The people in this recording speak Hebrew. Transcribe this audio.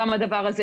גם הדבר הזה,